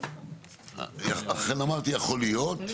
לכן אמרתי יכול להיות.